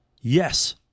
Yes